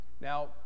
Now